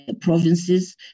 provinces